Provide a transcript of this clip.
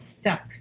stuck